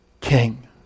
king